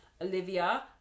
Olivia